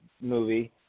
movie